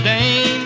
Dame